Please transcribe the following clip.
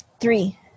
Three